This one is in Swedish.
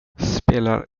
spelar